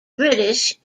british